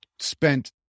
Spent